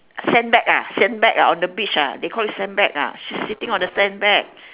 sandbag ah sandbag ah on the beach ah they call it sandbag ah she's sitting on the sandbag